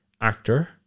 actor